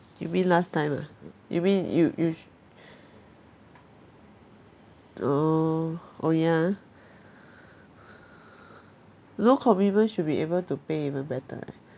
you mean last time ah you mean you you orh oh ya ah no commitment should be able to pay even better right